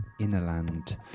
Innerland